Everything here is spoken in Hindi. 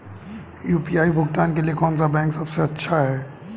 यू.पी.आई भुगतान के लिए कौन सा बैंक सबसे अच्छा है?